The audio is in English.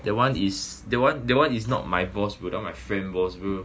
that one is that one that one is not my boss bro that one my friend's boss bro